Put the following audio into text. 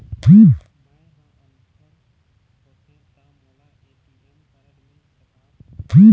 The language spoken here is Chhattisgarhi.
मैं ह अनपढ़ होथे ता मोला ए.टी.एम कारड मिल सका थे?